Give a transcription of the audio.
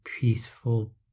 peaceful